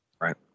Right